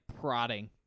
prodding